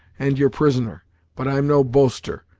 and your prisoner but i'm no boaster,